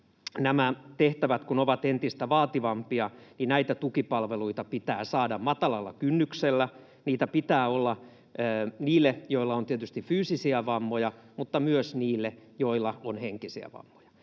nämä tehtävät ovat entistä vaativampia, niin näitä tukipalveluita pitää saada matalalla kynnyksellä. Niitä pitää olla niille, joilla on tietysti fyysisiä vammoja, mutta myös niille, joilla on henkisiä vammoja.